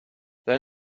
then